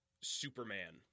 Superman